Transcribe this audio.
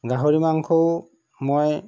গাহৰি মাংসও মই